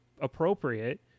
appropriate